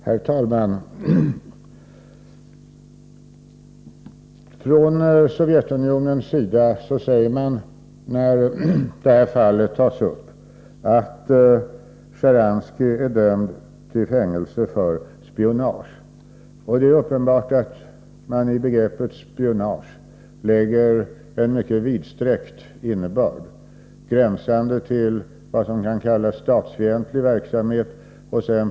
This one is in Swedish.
Herr talman! Från Sovjetunionens sida säger man, när det här fallet tas upp, att Sjtjaranskij är dömd till fängelse för spionage. Det är uppenbart att man i begreppet spionage lägger en mycket vidsträckt innebörd, gränsande till vad som kan kallas statsfientlig verksamhet.